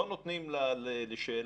לא נותנים לשאלת